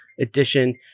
Edition